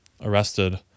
arrested